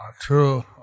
true